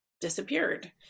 disappeared